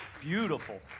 beautiful